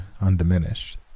undiminished